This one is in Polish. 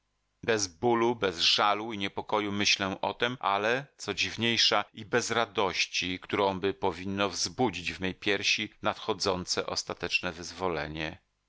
bez bólu bez żalu i niepokoju myślę o tem ale co dziwniejsza i bez radości którąby powinno wzbudzić w mej piersi nadchodzące ostateczne wyzwolenie